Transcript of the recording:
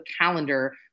calendar